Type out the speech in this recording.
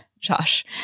Josh